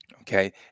Okay